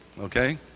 okay